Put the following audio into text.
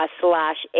slash